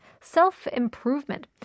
self-improvement